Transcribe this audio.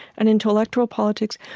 and into electoral politics.